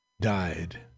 died